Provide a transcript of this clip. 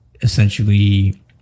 essentially